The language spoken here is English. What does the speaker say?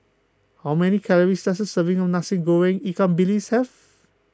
how many calories does a serving of Nasi Goreng Ikan Bilis have